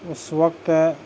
اس وقت